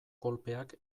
kolpeak